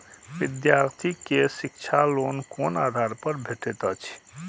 विधार्थी के शिक्षा लोन कोन आधार पर भेटेत अछि?